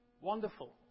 Wonderful